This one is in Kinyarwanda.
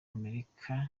amerika